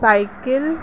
cycle